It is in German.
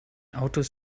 autos